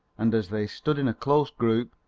and as they stood in a close group,